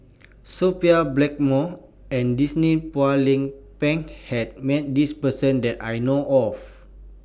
Sophia Blackmore and Denise Phua Lay Peng has Met This Person that I know of